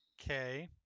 Okay